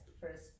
first